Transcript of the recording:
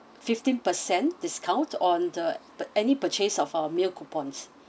fifteen percent discount on the pur~ any purchase of our meal coupons